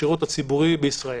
בשירות הציבורי בישראל.